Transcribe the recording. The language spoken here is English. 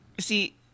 See